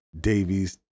Davies